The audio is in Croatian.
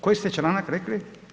Koji ste članak rekli?